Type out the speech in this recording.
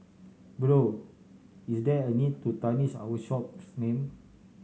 bro is there a need to tarnish our shop's name